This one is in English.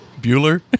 Bueller